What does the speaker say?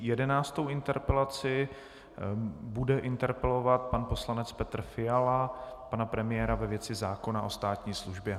Jedenáctou interpelací bude interpelovat pan poslanec Petr Fiala pana premiéra ve věci zákona o státní službě.